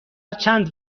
چند